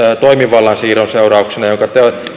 toimivallan siirron seurauksena tullut jonka